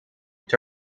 met